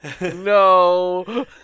No